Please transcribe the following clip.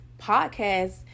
podcast